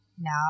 Now